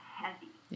heavy